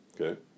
Okay